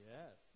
Yes